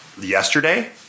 yesterday